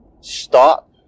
stop